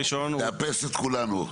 הנושא הראשון הוא --- תאפס את כולנו.